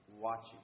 watching